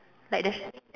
like the sh~